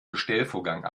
bestellvorgang